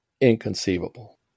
inconceivable